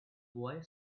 boy